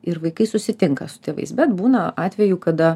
ir vaikai susitinka su tėvais bet būna atvejų kada